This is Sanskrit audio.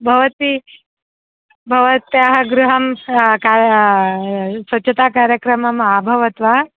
भवती भवत्याः गृहं क स्वचच्छताकार्यक्रमम् अभवत् वा